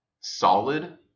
solid